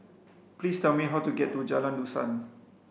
please tell me how to get to Jalan Dusan